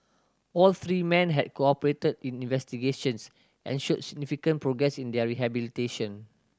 all three men had cooperated in investigations and shown significant progress in their rehabilitation